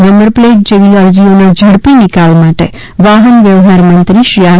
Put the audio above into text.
number plate જેવી અરજીઓના ઝડપી નિકાલ માટે વાહન વ્યવહાર મંત્રી શ્રી આર